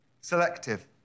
selective